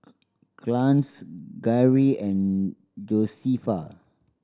Clarnce Garry and Josefa